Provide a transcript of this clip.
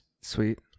Sweet